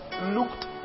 Looked